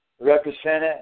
represented